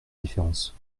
différence